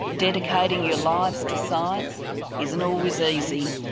dedicating your lives to science isn't always easy,